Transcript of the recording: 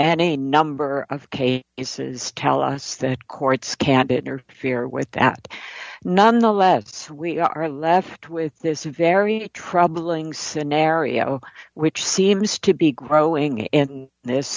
a number of case is says tell us that courts can't it interfere with that nonetheless we are left with this very troubling scenario which seems to be growing in this